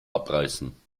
abreißen